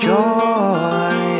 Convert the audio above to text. Joy